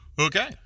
Okay